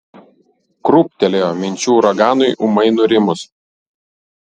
krūptelėjo minčių uraganui ūmai nurimus